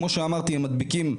כמו שאמרתי, הם נדבקים,